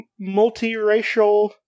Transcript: multiracial